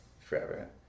forever